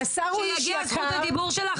את לא מתביישת?